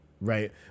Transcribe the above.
right